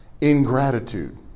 ingratitude